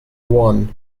one